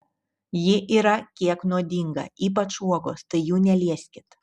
ji yra kiek nuodinga ypač uogos tai jų nelieskit